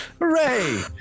Hooray